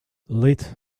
lit